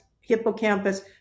hippocampus